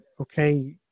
okay